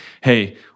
hey